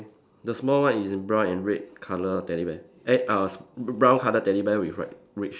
the small one is in brown and red colour teddy bear eh uh s~ brown colour teddy bear with like red shirt